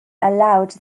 allowed